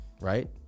right